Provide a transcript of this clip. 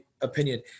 opinion